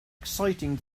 exciting